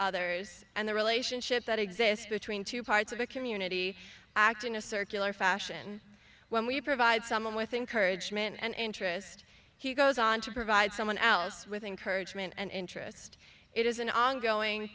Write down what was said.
others and the relationship that exists between two parts of a community act in a circular fashion when we provide someone with encouraged man and interest he goes on to provide someone else with encouragement and interest it is an ongoing